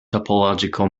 topological